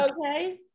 Okay